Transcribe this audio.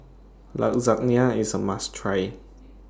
Lasagne IS A must Try